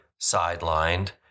sidelined